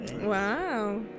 wow